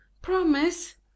Promise